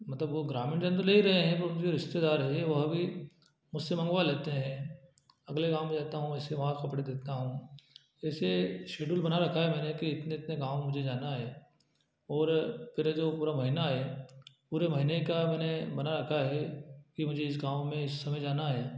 मतलब वो ग्रामीण जन तो ले ही रहे हैं पर उनके जो रिश्तेदार हैं वह भी मुझसे मंगवा लेते हैं अगले गाँव में रहता हूँ इससे वहाँ कपड़े देता हूँ वैसे शिड्यूल बना रहता है मेरा कि इतने इतने गाँव में मुझे जाना है और फिर जो पूरा महीना है पूरे महीने का मैंने बना रखा है कि मुझे इस गाँव में इस समय जाना है